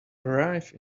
arrive